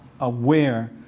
aware